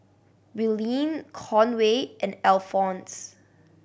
Willene Conway and Alphons